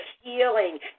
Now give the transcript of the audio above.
healing